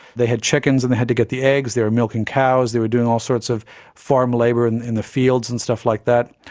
they had chickens and they had to get the eggs, they were milking cows, they were doing all sorts of farm labour in and the fields and stuff like that.